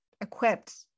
equipped